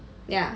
ya